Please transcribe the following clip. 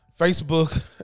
Facebook